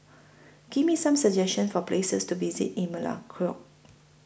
Give Me Some suggestions For Places to visit in Melekeok